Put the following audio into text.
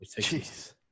Jeez